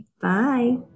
Bye